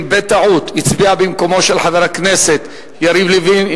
בטעות הצביע במקומו של חבר הכנסת יריב לוין.